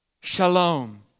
Shalom